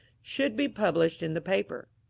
should be published in the paper.